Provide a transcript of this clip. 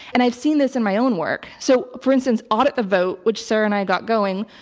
and i've seen this in my own work. so, for instance, audit the vote, which sarah and i got going,